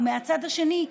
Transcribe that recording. ומהצד השני,